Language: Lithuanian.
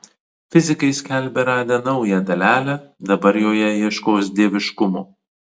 fizikai skelbia radę naują dalelę dabar joje ieškos dieviškumo